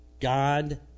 God